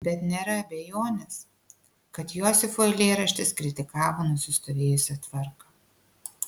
bet nėra abejonės kad josifo eilėraštis kritikavo nusistovėjusią tvarką